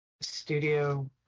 studio